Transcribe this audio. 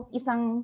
isang